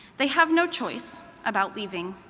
they have no choice about leaving.